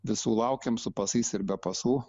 visų laukiam su pasais ir be pasų